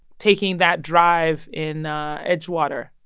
taking that drive in edgewater,